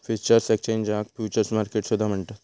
futures एक्सचेंजाक futures market सुद्धा म्हणतत